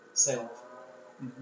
Self